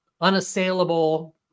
unassailable